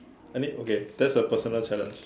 I need okay that's a personal challenge